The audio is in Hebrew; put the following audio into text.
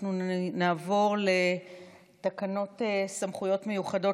אנחנו נעבור לתקנות סמכויות מיוחדות